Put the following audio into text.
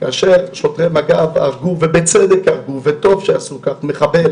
כאשר שוטרי מג"ב הרגו ובצדק הרגו וטוב שעשו כך מחבל